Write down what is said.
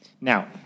Now